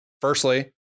Firstly